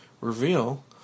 reveal